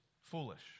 foolish